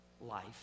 life